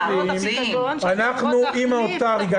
אנחנו עם האוצר,